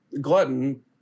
glutton